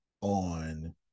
on